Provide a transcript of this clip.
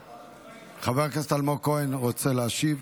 חבר הכנסת אלמוג כהן רוצה להשיב.